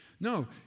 No